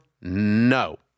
No